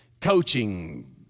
coaching